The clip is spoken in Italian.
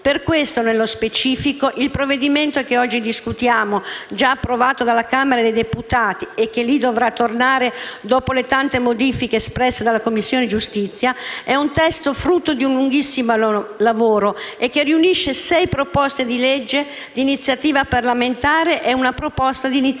Per questo, nello specifico, il provvedimento che oggi discutiamo, già approvato dalla Camera dei deputati e che lì dovrà tornare dopo le tante modifiche espresse dalla Commissione giustizia, è un testo frutto di un lunghissimo lavoro e che riunisce sei proposte di legge di iniziativa parlamentare e una proposta di iniziativa